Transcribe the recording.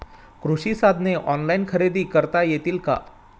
कृषी साधने ऑनलाइन खरेदी करता येतील का?